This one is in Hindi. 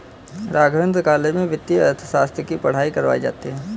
राघवेंद्र कॉलेज में वित्तीय अर्थशास्त्र की पढ़ाई करवायी जाती है